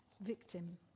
victim